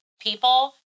people